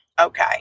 okay